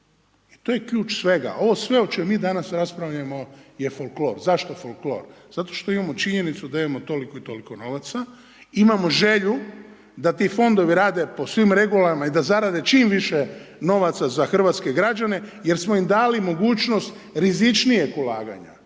I to je ključ svega, ovo sve o čemu mi raspravljamo je folklor. Zašto folklor? Zato što imamo činjenicu da imamo toliko i toliko novaca, imamo želju da ti fondovi rade po svim regulama i da zarade čim više novaca za hrvatske građane jer smo im dali mogućnost rizičnijeg ulaganja.